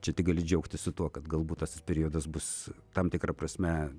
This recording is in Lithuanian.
čia tik gali džiaugtis tuo kad galbūt tas periodas bus tam tikra prasme